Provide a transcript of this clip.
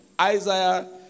Isaiah